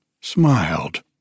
smiled